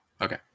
okay